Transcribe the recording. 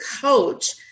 coach